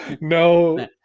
no